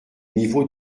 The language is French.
niveau